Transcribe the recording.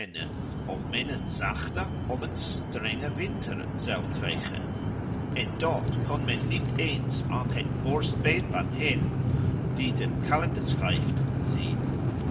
of men een zachten of een strengen winter zou krijgen en dat kan men niet eens aan het borstbeen van hem die den kalender schrijft zien